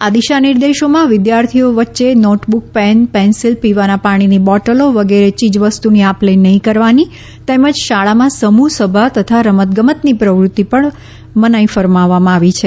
આ દિશા નિર્દેશોમાં વિદ્યાર્થીઓ વચ્ચે નોટબુક પેન પેન્સિલ પીવાના પાણીની બોટલો વગેરે ચીજવસ્તુની આપ લે નહીં કરવાની તેમજ શાળામાં સમૂહસભા તથા રમતગમતની પ્રવૃતિ પર મનાઇ ફરમાવવામાં આવી છે